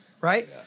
Right